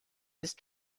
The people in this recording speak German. ist